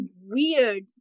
weird